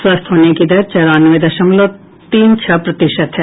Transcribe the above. स्वस्थ होने की दर चौरानवे दशमलव तीन छह प्रतिशत है